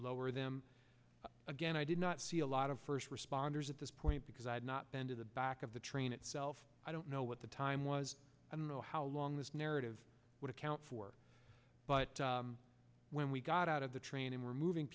lower them again i did not see a lot of first responders at this point because i had not been to the back of the train itself i don't know what the time was a know how long this narrative would account for but when we got out of the train and were moving